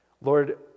Lord